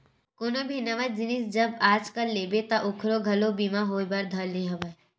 कोनो भी नवा जिनिस जब आजकल लेबे ता ओखरो घलो बीमा होय बर धर ले हवय